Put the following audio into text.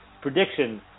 Prediction